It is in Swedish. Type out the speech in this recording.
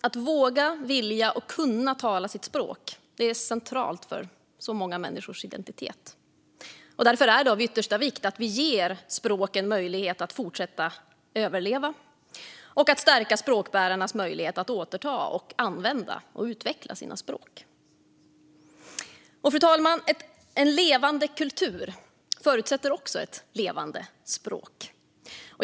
Att våga, vilja och kunna tala sitt språk är centralt för många människors identitet. Därför är det av yttersta vikt att vi ger språken möjlighet att överleva och stärker språkbärarnas möjlighet att återta, använda och utveckla sina språk. Fru talman! En levande kultur förutsätter också ett levande språk.